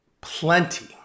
plenty